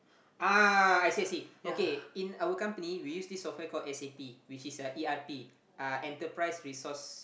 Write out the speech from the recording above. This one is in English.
ah I see I see okay in our company we use this software called s_a_p which is a e_r_p uh enterprise resource